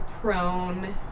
prone